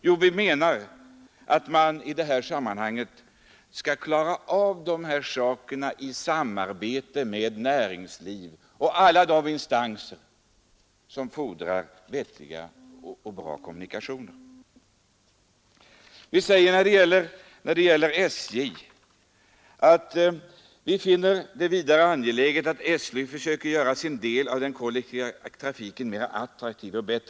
Jo, vi menar att dessa saker skall klaras upp i samarbete med näringslivet och med alla de instanser som fordrar vettiga och bra kommunikationer. Beträffande SJ säger vi följande: ”Vi finner det vidare angeläget att SJ försöker göra sin del av den Onsdagen den önskemål och behov.